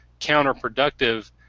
counterproductive